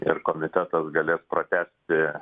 ir komitetas galės pratęsti